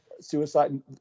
Suicide